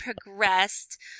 progressed –